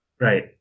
Right